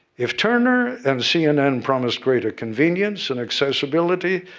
if turner and cnn promised greater convenience and accessibility,